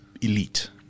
elite